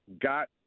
got